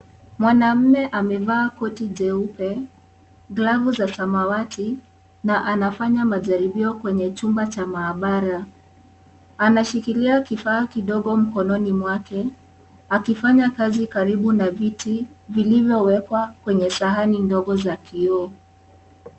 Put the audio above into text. Mwanaume amevaa koti jeupe , glavu za samawati na anafanya majaribio Kwenye chumba cha maabara . Anashikilia kifaa kidogo mkononi mwake akifanya kazi karibu na viti vilivyilowekwa kwenye sahani ndogo za kioo.